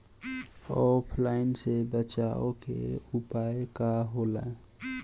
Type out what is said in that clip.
ऑफलाइनसे बचाव के उपाय का होला?